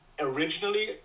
Originally